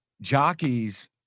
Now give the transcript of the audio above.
jockeys